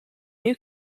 new